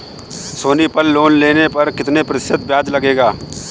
सोनी पल लोन लेने पर कितने प्रतिशत ब्याज लगेगा?